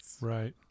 Right